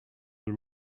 will